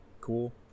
cool